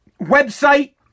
website